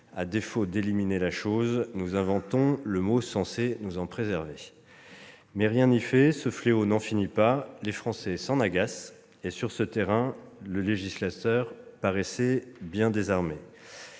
à défaut d'éliminer la chose, nous inventons le mot censé nous en préserver ... Pourtant, rien n'y fait, ce fléau n'en finit pas ; les Français s'en agacent, et, sur ce terrain, le législateur paraissait bien désarmé.